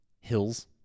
hills